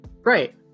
Right